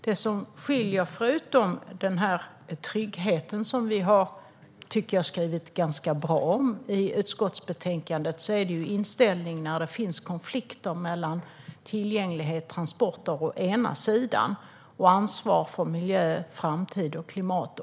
Det som skiljer oss åt, förutom tryggheten som jag tycker att vi har skrivit ganska bra om i utskottsbetänkandet, är inställningen när det finns konflikter mellan å ena sidan tillgänglighet till transporter och å andra sidan ansvar för miljö, framtid och klimat.